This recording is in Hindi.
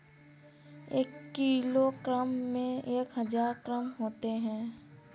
एक किलोग्राम में एक हजार ग्राम होते हैं